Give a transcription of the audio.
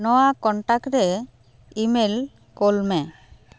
ᱱᱚᱶᱟ ᱠᱚᱱᱴᱟᱠ ᱨᱮ ᱤᱢᱮᱞ ᱠᱳᱞ ᱢᱮ